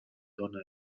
dóna